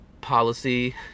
policy